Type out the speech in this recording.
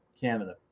Canada